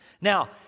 Now